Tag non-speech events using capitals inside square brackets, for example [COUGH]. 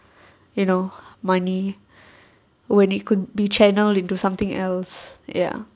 [BREATH] you know money [BREATH] when it could be channeled into something else ya